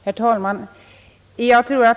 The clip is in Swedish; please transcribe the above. Herr talman!